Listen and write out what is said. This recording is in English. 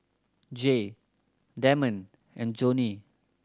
Jay Damond and Joni